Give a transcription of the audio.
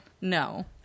No